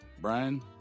Brian